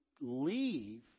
leave